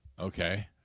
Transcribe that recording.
Okay